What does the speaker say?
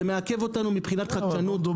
זה מעקב אותנו מבחינת חדשנות.